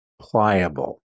pliable